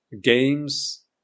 games